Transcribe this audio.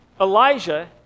Elijah